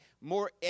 more